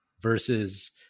versus